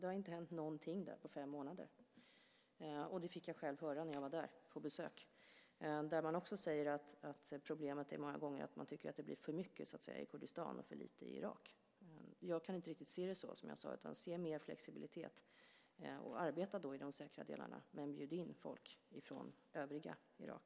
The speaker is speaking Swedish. Det har inte hänt någonting på fem månader, vilket jag själv fick höra när jag var där på besök. Man säger också att problemet många gånger är att det blir för mycket i Kurdistan och för lite i övriga Irak. Jag kan inte riktigt se det hela så, utan i stället behövs mer flexibilitet. Arbeta då i de säkra delarna, men bjud in folk också från övriga Irak!